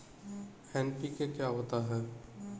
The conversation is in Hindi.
एन.पी.के क्या होता है?